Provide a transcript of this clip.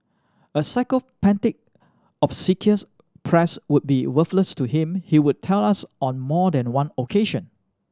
a sycophantic obsequious press would be worthless to him he would tell us on more than one occasion